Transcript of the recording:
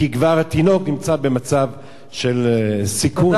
כי כבר התינוק נמצא במצב של סיכון.